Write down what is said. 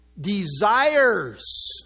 desires